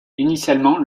initialement